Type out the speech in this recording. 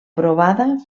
provada